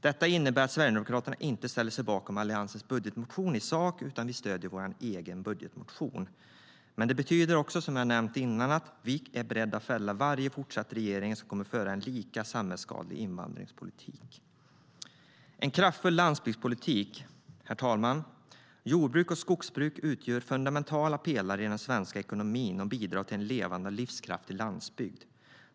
Detta innebär att Sverigedemokraterna inte ställer sig bakom Alliansens budgetmotion i sak utan att vi stöder vår egen budgetmotion. Men det betyder också, som jag har nämnt tidigare, att vi är beredda att fälla varje framtida regering som kommer att föra en lika samhällsskadlig invandringspolitik. Herr talman! Jordbruk och skogsbruk utgör fundamentala pelare i den svenska ekonomin och bidrar till en levande och livskraftig landsbygd.